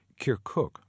Kirkuk